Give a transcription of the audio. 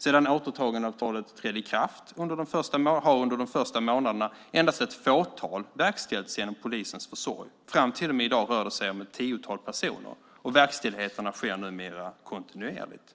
Sedan återtagandeavtalet trädde i kraft har under de första månaderna endast ett fåtal avvisningar verkställts genom polisens försorg. Fram till i dag rör det sig om ett tiotal personer, och verkställigheterna sker numera kontinuerligt.